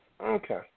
Okay